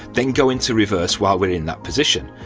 then go into reverse while we're in that position.